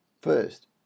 First